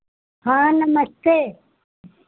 हाँ नमस्ते